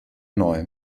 neu